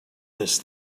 this